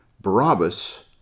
barabbas